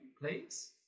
please